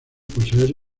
poseer